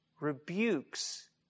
rebukes